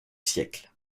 siècle